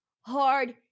hard